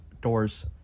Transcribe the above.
doors